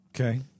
Okay